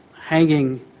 hanging